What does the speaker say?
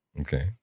okay